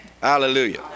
Hallelujah